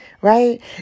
right